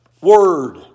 word